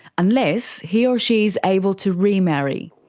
unless he or she is able to remarry.